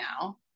now